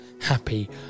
Happy